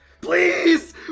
Please